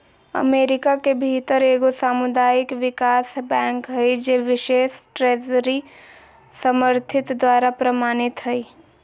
America के भीतर एगो सामुदायिक विकास बैंक हइ जे बिशेष ट्रेजरी समर्थित द्वारा प्रमाणित हइ